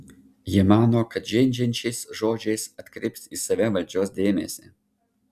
jie mano kad žeidžiančiais žodžiais atkreips į save valdžios dėmesį